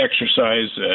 exercise